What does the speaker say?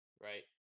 right